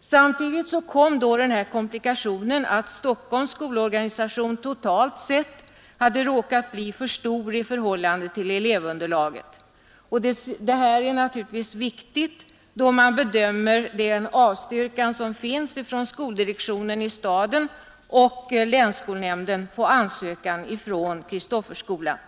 Samtidigt inträffade den komplikationen att Stockholms skolorganisation totalt sett hade råkat bli för stor i förhållande till elevunderlaget. Det här är naturligtvis viktigt, då det gäller att bedöma skoldirektionens i Stockholm och länsskolnämndens avstyrkande av ansökan från Kristofferskolan.